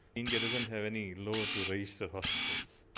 india doesn't have any law to register hospitals.